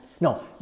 No